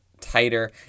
tighter